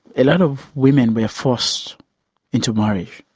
a lot of women were forced into marriage.